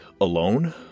alone